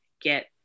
get